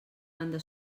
banda